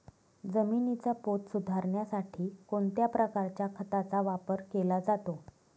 जमिनीचा पोत सुधारण्यासाठी कोणत्या प्रकारच्या खताचा वापर केला जातो?